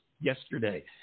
yesterday